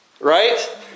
Right